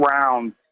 round